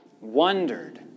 wondered